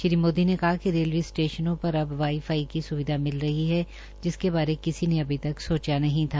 श्री मोदी ने कहा कि रेलवे स्टेशनों पर अब वाई फाई की स्विधा मिल रही है जिसके बारे किसी ने अभी तक सोचा नहीं था